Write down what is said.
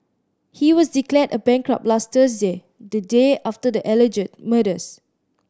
he was declared a bankrupt last Thursday the day after the alleged murders